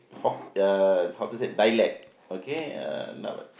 Hok~ uh how to say dialect okay uh now